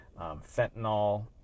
fentanyl